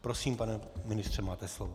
Prosím, pane ministře, máte slovo.